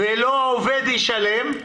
ולא העובד ישלם.